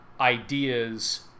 ideas